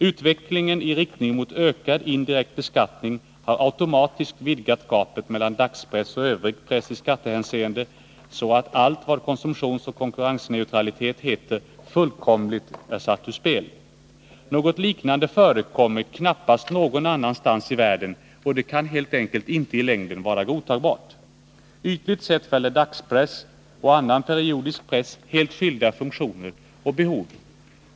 Utvecklingen i riktning mot ökad indirekt beskattning har automatiskt vidgat gapet mellan dagspress och övrig press i skattehänseende, så att allt vad konsumtionsoch konkurrensneutralitet heter fullkomligt är satt ur spel. Något liknande förekommer knappast någon annanstans i världen, och det kan helt enkelt inte i längden vara godtagbart. Ytligt sett fyller dagspress och annan periodisk press helt skilda funktioner och behov.